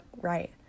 right